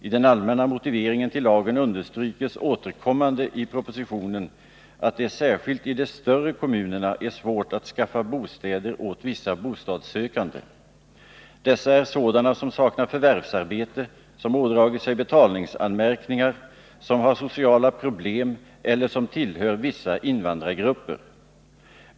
I den allmänna motiveringen till lagen understryks återkommande i propositionen att det särskilt i de större kommunerna är svårt att skaffa bostäder åt vissa bostadssökande. Dessa är sådana som saknar förvärvsarbete, som ådragit sig betalningsanmärkningar, som har sociala problem eller som tillhör vissa invandrargrupper.